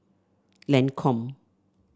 Lancome